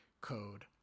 code